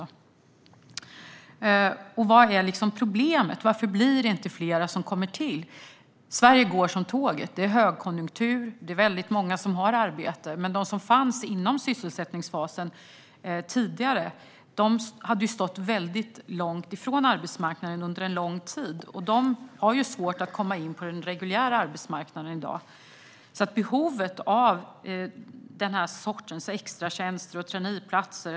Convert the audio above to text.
Vad är problemet? Varför blir det inte fler som kommer till? Sverige går som tåget. Det är högkonjunktur, och det är väldigt många som har arbete. Men de som fanns inom sysselsättningsfasen tidigare hade stått väldigt långt ifrån arbetsmarknaden under en lång tid. De har svårt att i dag komma in på den reguljära arbetsmarknaden. Det finns ett behov av den här sortens extratjänster och traineeplatser.